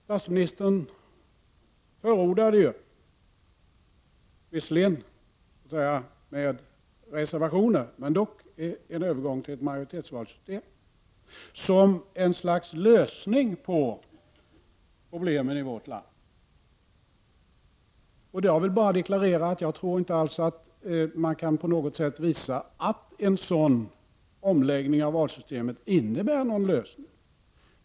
Statsministern förordade ju, visserligen med reservationer, en övergång till ett majoritetsvalssystem som ett slags lösning på problemen i vårt land. Jag vill bara deklarera att jag inte tror att man på något sätt kan visa att en sådan omläggning av valsystemet innebär någon lösning.